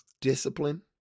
discipline